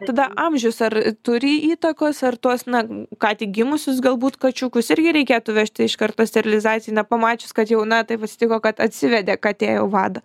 tada amžius ar turi įtakos ar tuos na ką tik gimusius galbūt kačiukus irgi reikėtų vežti iš karto sterilizacijai na pamačius kad jau na taip atsitiko kad atsivedė katė jau vadą